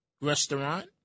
restaurant